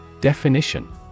Definition